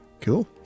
Cool